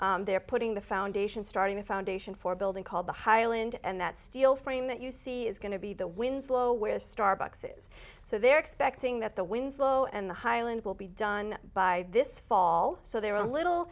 they're putting the foundation starting a foundation for a building called the highland and that steel frame that you see is going to be the winslow where starbucks is so they're expecting that the winslow and the highland will be done by this fall so they're a little